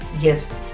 gifts